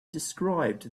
described